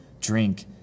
drink